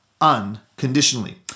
unconditionally